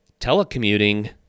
telecommuting